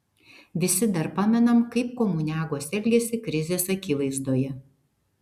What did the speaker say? visi dar pamenam kaip komuniagos elgėsi krizės akivaizdoje